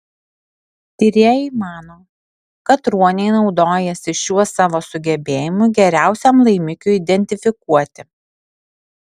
tyrėjai mano kad ruoniai naudojasi šiuo savo sugebėjimu geriausiam laimikiui identifikuoti